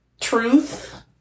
truth